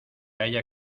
haya